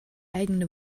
eigene